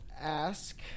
ask